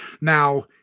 Now